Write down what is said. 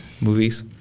movies